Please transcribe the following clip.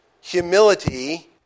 humility